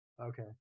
Okay